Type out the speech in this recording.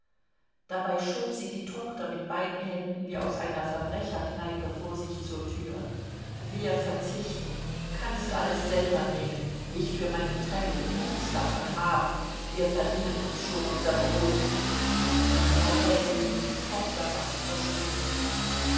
dabei schob sie die tochter mit beiden händen wie aus einer verbrecherkneipe vor sich zur tür wir verzichten kannst alles selber nehmen ich für meinen teil will nichts davon haben wir verdienen uns schon unser brot und frau häsli nebst tochter waren verschwunden